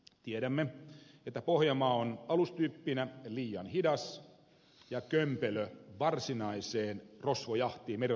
tiedämme että pohjanmaa on alustyyppinä liian hidas ja kömpelö varsinaiseen merirosvojahtiin